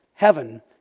Heaven